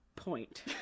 point